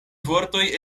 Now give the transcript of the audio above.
vortoj